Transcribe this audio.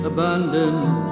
Abandoned